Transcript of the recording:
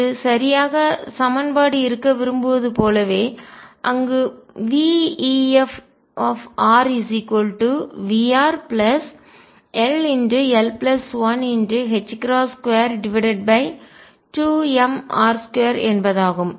இது சரியாக சமன்பாடு இருக்க விரும்புவது போலவே அங்கு veffrVrll122mr2 என்பதாகும்